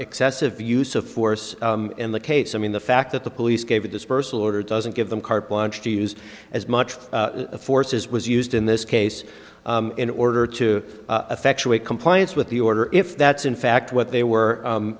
excessive use of force in the case i mean the fact that the police gave a dispersal order doesn't give them carte blanche to use as much force as was used in this case in order to effect to a compliance with the order if that's in fact what they were